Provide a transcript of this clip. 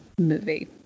movie